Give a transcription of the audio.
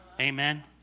Amen